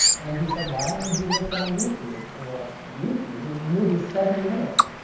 and he said why don't you do this on youtube? and we're like youtube? this movie's seventy minutes.